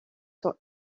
sont